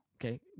Okay